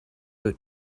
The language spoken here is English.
were